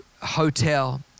hotel